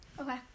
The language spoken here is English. Okay